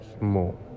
more